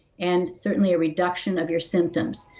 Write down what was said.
and certainly reduction of your symptoms.